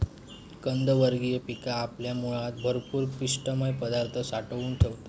कंदवर्गीय पिका आपल्या मुळात भरपूर पिष्टमय पदार्थ साठवून ठेवतत